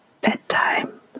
bedtime